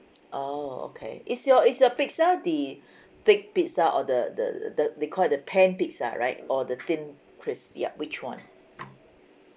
orh okay is your is your pizza the big pizza or the the the they call it the pan pizza right or the thin crust yup which [one]